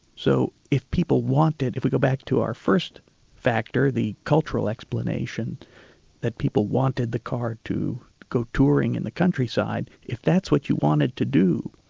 so if people wanted, if we go back to our first factor, the cultural explanation that people wanted the car to go touring in the countryside, if that's what you wanted to do,